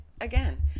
again